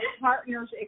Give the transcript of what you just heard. partner's